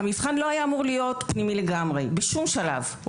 המבחן לא היה אמור להיות פנימי לגמרי בשום שלב.